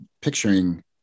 picturing